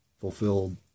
fulfilled